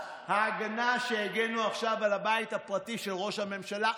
ההגנה שהגנו עכשיו על בית הפרטי של ראש הממשלה,